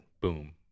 Boom